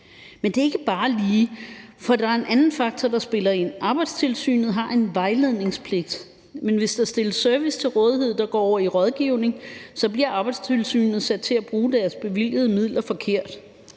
Men det ikke bare lige sådan at gøre, for der er en anden faktor, der spiller ind. Arbejdstilsynet har en vejledningspligt, men hvis der stilles service til rådighed, der går over i rådgivning, bliver Arbejdstilsynet sat til at bruge deres bevilgede midler forkert,